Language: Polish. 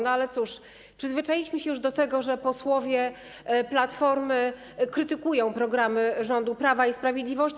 No ale cóż, przyzwyczailiśmy się już do tego, że posłowie Platformy krytykują programy rządu Prawa i Sprawiedliwości.